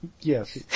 Yes